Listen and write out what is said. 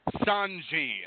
Sanji